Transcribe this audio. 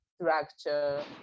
structure